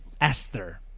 Esther